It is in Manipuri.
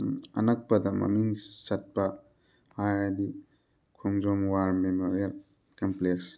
ꯑꯅꯛꯄꯗ ꯃꯃꯤꯡ ꯆꯠꯄ ꯍꯥꯏꯔꯗꯤ ꯈꯣꯡꯖꯣꯝ ꯋꯥꯔ ꯃꯦꯃꯣꯔꯤꯌꯜ ꯀꯝꯄ꯭ꯂꯦꯛꯁ